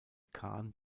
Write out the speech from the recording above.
khan